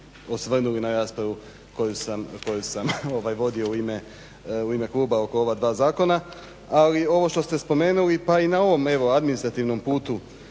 osvrnuli na raspravu koju sam vodio u ime kluba oko ova dva zakona, ali ovo što ste spomenuli, pa i na ovom administrativnom putu